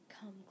Come